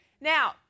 Now